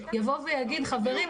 יבוא ויגיד: חברים,